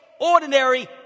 ordinary